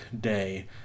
Day